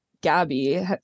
gabby